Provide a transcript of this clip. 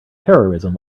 terrorism